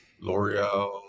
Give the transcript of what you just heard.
L'Oreal